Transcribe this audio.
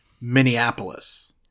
Minneapolis